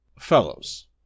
Fellows